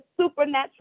supernatural